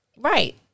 Right